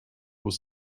was